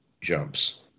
jumps